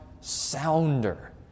sounder